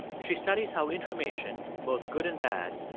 she studies how information, both good and bad,